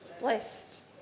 Blessed